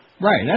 Right